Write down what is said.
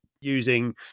using